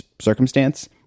circumstance